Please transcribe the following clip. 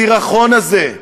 הסירחון הזה,